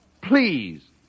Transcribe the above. Please